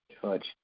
touch